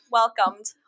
welcomed